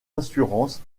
assurances